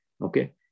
Okay